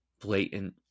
blatant